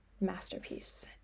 masterpiece